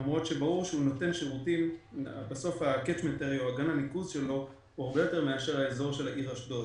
למרות שברור שהוא נותן שירותים להרבה יותר מאשר לאזור של העיר אשדוד.